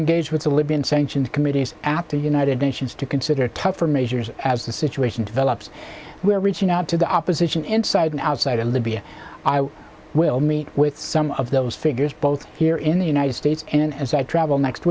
manning gauge with the libyan sanctioned committees at the united nations to consider tougher measures as the situation develops we are reaching out to the opposition inside and outside of libya i will meet with some of those figures both here in the united states and as i travel next